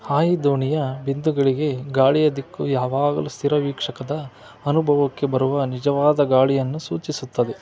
ಹಾಯಿ ದೋಣಿಯ ಬಿಂದುಗಳಿಗೆ ಗಾಳಿಯ ದಿಕ್ಕು ಯಾವಾಗಲೂ ಸ್ಥಿರ ವೀಕ್ಷಕದ ಅನುಭವಕ್ಕೆ ಬರುವ ನಿಜವಾದ ಗಾಳಿಯನ್ನು ಸೂಚಿಸುತ್ತದೆ